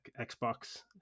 Xbox